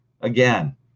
again